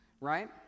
Right